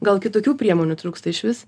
gal kitokių priemonių trūksta išvis